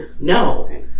No